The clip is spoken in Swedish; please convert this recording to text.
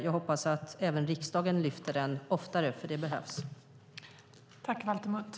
Jag hoppas att även riksdagen kommer att lyfta upp den oftare, för det behövs.